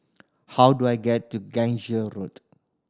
how do I get to Gangsa Road